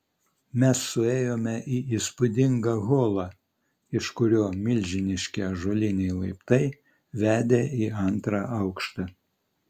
mes suėjome į įspūdingą holą iš kurio milžiniški ąžuoliniai laiptai vedė į antrą aukštą